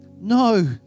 No